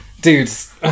Dudes